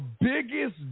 biggest